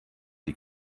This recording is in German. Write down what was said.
die